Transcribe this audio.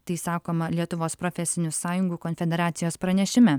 tai sakoma lietuvos profesinių sąjungų konfederacijos pranešime